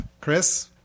Chris